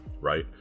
right